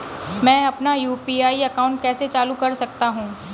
मैं अपना UPI account कैसे चालू कर सकता हूँ?